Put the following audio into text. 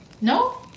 No